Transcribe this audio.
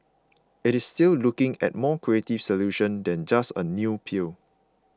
it is still looking at a more creative solution than just a new pill